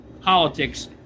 politics